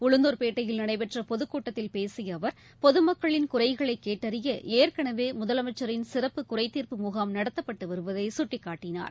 உளுந்தூர்பேட்டையில் நடைபெற்ற பொதுக்கூட்டத்தில் பேசிய அவர் பொது மக்களின் குறைகளை கேட்டறிய ஏற்கனவே முதலமைச்சரின் சிறப்பு குறைதீர்ப்பு முகாம் நடத்தப்பட்டு வருவதை சுட்டிக்காட்டினார்